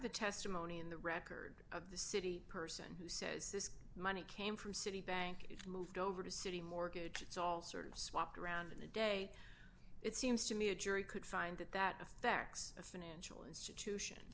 the testimony in the record of the city person who says this money came from citibank moved over to citi mortgage it's all sort of swapped around in a day it seems to me a jury could find that that effects a financial institution